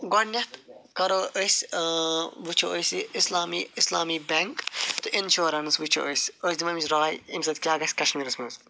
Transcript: گۄڈٕنٮ۪تھ کَرو أسۍ وُچھو أسۍ یہِ اِسلامی اِسلامی بینٛک تہٕ اِنشورنٕس وُچھو أسۍ أسۍ دِمو اَمِچ رائے اَمہِ سۭتۍ کیٛاہ گَژھِ کشمیٖرس منٛز